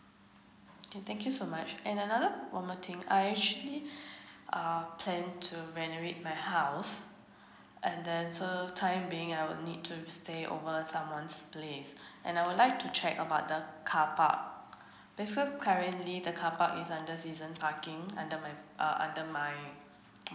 and thank you so much and another one more thing I actually uh plan to renovate my house and then so time being I'll need to stay over at someone's place and I would like to check about the car park basically currently the carpark is under season parking under my uh under my